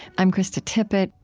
i'm krista tippett.